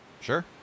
Sure